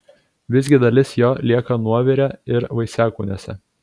visgi dalis jo lieka nuovire ir vaisiakūniuose